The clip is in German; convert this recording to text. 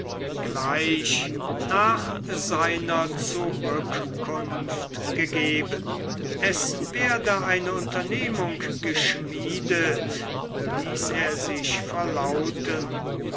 gleich nach seiner zurückkunft gegeben es werde eine unternehmung geschmiedet ließ er sich verlauten